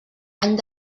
any